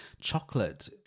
chocolate